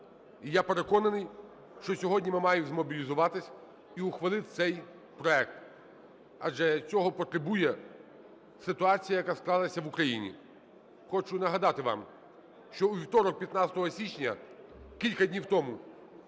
І я переконаний, що сьогодні ми маємо змобілізуватись і ухвалити цей проект, адже цього потребує ситуація, яка склалася в Україні. Хочу нагадати вам, що у вівторок, 15 січня, кілька днів тому,